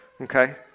Okay